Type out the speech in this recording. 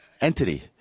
entity